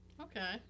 Okay